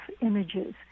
images